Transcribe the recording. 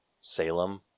Salem